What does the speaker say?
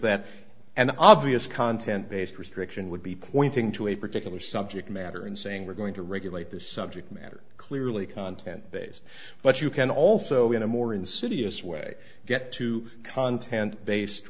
that an obvious content based restriction would be pointing to a particular subject matter and saying we're going to regulate this subject matter clearly content based but you can also in a more insidious way get to content based